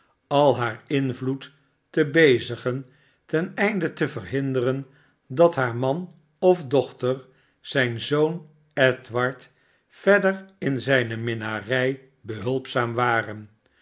al haar invloed te bezigen ten einde te verhinderen dat haar man of dochter zijn zoon edward verder in zijne minnarij behulpzaam waren